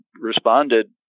responded